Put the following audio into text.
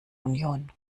union